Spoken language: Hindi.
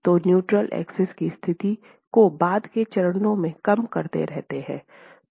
तो न्यूट्रल एक्सिस की स्थिति को बाद के चरणों में कम करते रहते हैं